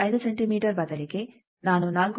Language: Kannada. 5 ಸೆಂಟಿಮೀಟರ್ ಬದಲಿಗೆ ನಾನು 4